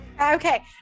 Okay